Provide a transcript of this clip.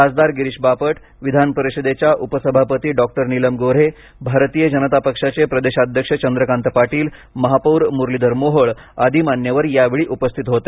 खासदार गिरीश बापट विधान परिषदेच्या उपसभापती डॉक्टर नीलम गो ्हे भारतीय जनता पक्षाचे प्रदेशाध्यक्ष चंद्रकांत पाटील महापौर मुरलीधर मोहोळ आदी मान्यवर यावेळी उपस्थित होते